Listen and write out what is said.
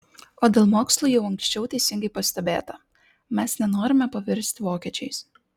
o dėl mokslų jau anksčiau teisingai pastebėta mes nenorime pavirsti vokiečiais